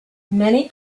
many